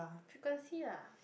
frequency ah